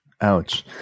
Ouch